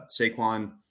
Saquon